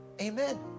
Amen